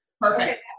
Perfect